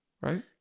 Right